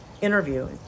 interview